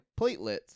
platelets